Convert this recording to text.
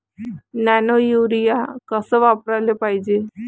Nano urea कस वापराले पायजे?